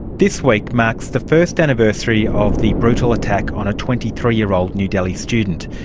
this week marks the first anniversary of the brutal attack on a twenty three year old new delhi student,